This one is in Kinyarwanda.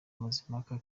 mazimpaka